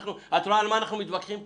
את רואה על מה אנחנו מתווכחים פה.